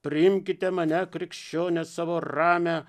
priimkite mane krikščionys savo ramią